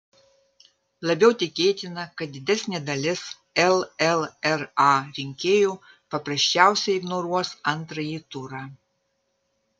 labiau tikėtina kad didesnė dalis llra rinkėjų paprasčiausiai ignoruos antrąjį turą